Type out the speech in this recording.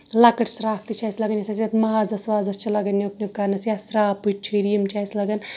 لۄکٕٹۍ شراکھ تہِ چھِ اَسہِ لگان یۄس اَسہِ یتھ مازس وازس چھُ لگان نیُک نیُک کرنَس یا شراکپٕچ چھُرِ یِم چھِ اَسہِ لگان